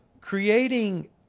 creating